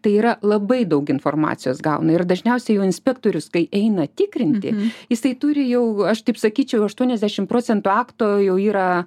tai yra labai daug informacijos gauna ir dažniausiai jau inspektorius kai eina tikrinti jisai turi jau aš taip sakyčiau aštuoniasdešim procentų akto jau yra